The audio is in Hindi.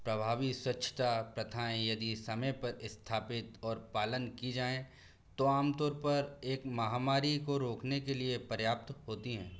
प्रभावी स्वच्छता प्रथाएँ यदि समय पर इस्थापित और पालन की जाएँ तो आमतौर पर एक महामारी को रोकने के लिए पर्याप्त होती हैं